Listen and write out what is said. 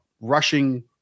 Rushing